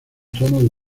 tono